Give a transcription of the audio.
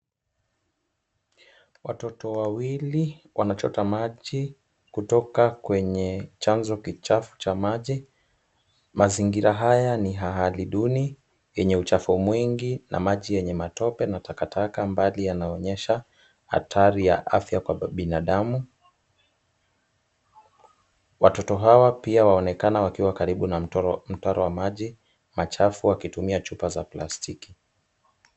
Watoto wawili wanachota maji kutoka kwenye chanzo kichafu cha maji. Mazingira haya ni hali duni yenye uchafu mwingi na maji yenye matope na takataka mbali yanaonyesha hatari ya afya kwa binadamu. Watoto hawa pia wanaonekana wakiwa karibu na mtaro wa maji machafu wakitumia chupa ya plastiki.